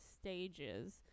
stages